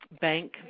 bank